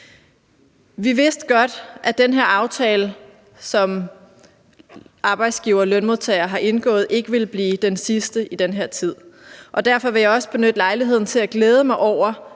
Vi vidste godt, at den her aftale, som arbejdsgivere og lønmodtagere har indgået, ikke ville blive den sidste i den her tid, og derfor vil jeg også benytte lejligheden til at glæde mig over